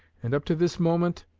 and up to this moment,